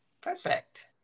Perfect